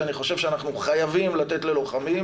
שאני חושב שאנחנו חייבים לתת ללוחמים,